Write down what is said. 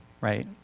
right